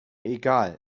egal